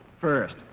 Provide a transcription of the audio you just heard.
First